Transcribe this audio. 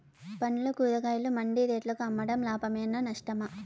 పండ్లు కూరగాయలు మండి రేట్లకు అమ్మడం లాభమేనా నష్టమా?